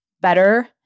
better